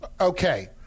okay